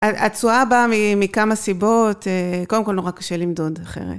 התשואה באה מכמה סיבות, קודם כל נורא קשה למדוד אחרת.